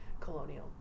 colonial